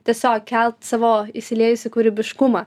tiesiog kelt savo įsiliejus į kūrybiškumą